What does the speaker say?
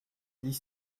dix